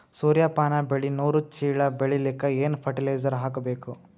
ಸೂರ್ಯಪಾನ ಬೆಳಿ ನೂರು ಚೀಳ ಬೆಳೆಲಿಕ ಏನ ಫರಟಿಲೈಜರ ಹಾಕಬೇಕು?